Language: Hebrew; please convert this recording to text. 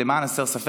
למען הסר ספק,